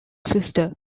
sister